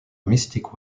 mystic